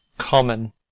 Common